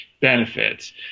benefits